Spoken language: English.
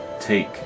take